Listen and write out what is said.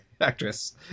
actress